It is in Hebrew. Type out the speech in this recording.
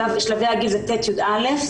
שלבי הגיל זה ט'-י"א,